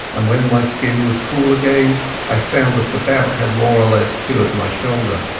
and when my skin was cool again i found that the bout had more or less cured my shoulder.